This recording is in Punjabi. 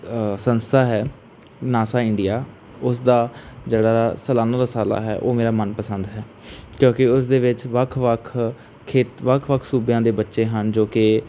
ਸੰਸਥਾ ਹੈ ਨਾਸਾ ਇੰਡੀਆ ਉਸਦਾ ਜਿਹੜਾ ਸਲਾਨਾ ਰਸਾਲਾ ਹੈ ਉਹ ਮੇਰਾ ਮਨ ਪਸੰਦ ਹੈ ਕਿਉਂਕਿ ਉਸ ਦੇ ਵਿੱਚ ਵੱਖ ਵੱਖ ਖੇਤ ਵੱਖ ਵੱਖ ਸੂਬਿਆਂ ਦੇ ਬੱਚੇ ਹਨ ਜੋ ਕਿ